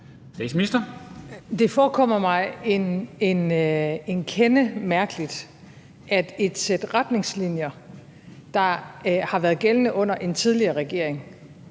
Det forekommer mig en kende mærkeligt, at et sæt retningslinjer, der har været gældende under en tidligere regering,